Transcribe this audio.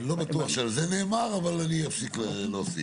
אני לא בטוח שעל זה נאמר, אבל אני אפסיק להוסיף.